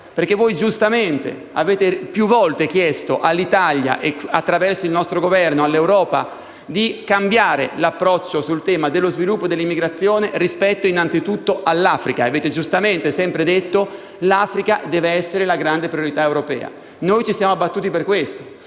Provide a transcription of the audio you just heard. infatti, giustamente, avete più volte chiesto all'Italia - e, attraverso il nostro Governo, all'Europa - di cambiare l'approccio sul tema dello sviluppo e dell'immigrazione innanzitutto rispetto all'Africa. Giustamente avete sempre sostenuto che l'Africa deve essere la grande priorità europea. Noi ci siamo battuti per questo